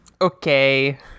Okay